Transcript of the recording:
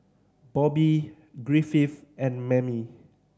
Bobbye Griffith and Mammie